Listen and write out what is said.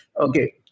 okay